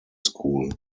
school